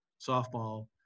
softball